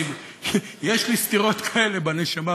יש לי סתירות כאלה בנשמה,